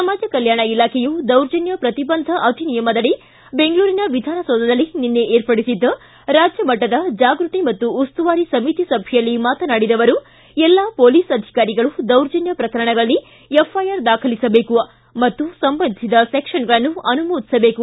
ಸಮಾಜ ಕಲ್ಯಾಣ ಇಲಾಖೆಯು ದೌರ್ಜನ್ಥ ಪ್ರತಿಬಂಧ ಅಧಿನಿಯಮದಡಿ ಬೆಂಗಳೂರಿನ ವಿಧಾನಸೌಧದಲ್ಲಿ ನಿನ್ನೆ ಏರ್ಪಡಿಸಿದ್ದ ರಾಜ್ಯಮಟ್ಟದ ಜಾಗೃತಿ ಮತ್ತು ಉಸ್ತುವಾರಿ ಸಮಿತಿ ಸಭೆಯಲ್ಲಿ ಮಾತನಾಡಿದ ಅವರು ಎಲ್ಲಾ ಪೊಲೀಸ್ ಅಧಿಕಾರಿಗಳು ದೌರ್ಜನ್ಯ ಪ್ರಕರಣಗಳಲ್ಲಿ ಎಫ್ಐಆರ್ ದಾಖಲಿಸಬೇಕು ಮತ್ತು ಸಂಬಂಧಿಸಿದ ಸೆಕ್ಷನ್ಗಳನ್ನು ಅನುಮೋದಿಸಬೇಕು